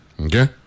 Okay